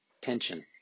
tension